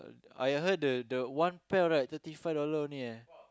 I heard the the one pair right thirty five dollar only eh